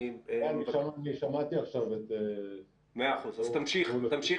אני שמעתי עכשיו את --- אז תמשיך